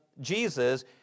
Jesus